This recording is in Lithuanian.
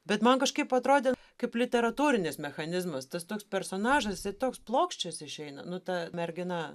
bet man kažkaip atrodė kaip literatūrinis mechanizmas tas toks personažas jisai toks plokščias išeina nu ta mergina